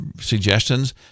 suggestions